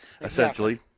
essentially